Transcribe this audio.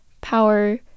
power